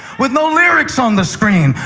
with no lyrics on the screen,